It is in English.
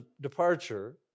departure